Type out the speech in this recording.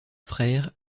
frère